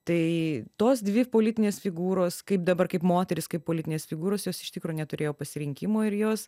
tai tos dvi politinės figūros kaip dabar kaip moterys kaip politinės figūros jos iš tikro neturėjo pasirinkimo ir jos